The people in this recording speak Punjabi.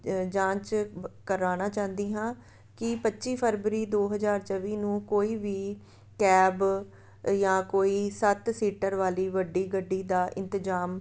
ਜਾਂਚ ਬ ਕਰਾਉਣਾ ਚਾਹੁੰਦੀ ਹਾਂ ਕਿ ਪੱਚੀ ਫਰਵਰੀ ਦੋ ਹਜ਼ਾਰ ਚੌਵੀ ਨੂੰ ਕੋਈ ਵੀ ਕੈਬ ਜਾਂ ਕੋਈ ਸੱਤ ਸੀਟਰ ਵਾਲੀ ਵੱਡੀ ਗੱਡੀ ਦਾ ਇੰਤਜ਼ਾਮ